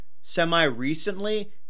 semi-recently